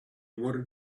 wanted